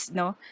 no